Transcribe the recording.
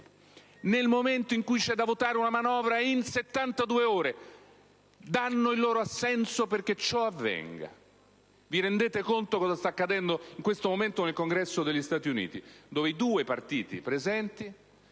Nel momento in cui c'è da votare una manovra in 72 ore, danno il loro assenso perché ciò avvenga. Rendiamoci conto di che cosa sta accadendo in questo momento nel Congresso degli Stati Uniti, dove per